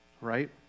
right